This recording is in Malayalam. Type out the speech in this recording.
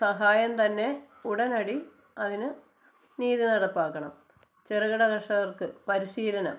സഹായം തന്നെ ഉടനടി അതിന് നീതി നടപ്പാക്കണം ചെറുകിട കര്ഷകര്ക്ക് പരിശീലനം